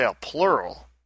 plural